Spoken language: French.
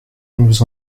nous